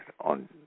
on